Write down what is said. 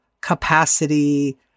capacity